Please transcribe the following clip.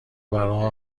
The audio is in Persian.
برا